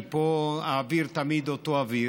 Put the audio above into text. כי פה האוויר תמיד אותו אוויר,